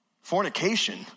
Fornication